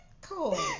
Cool